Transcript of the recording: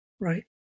Right